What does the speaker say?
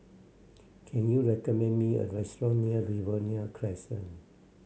can you recommend me a restaurant near Riverina Crescent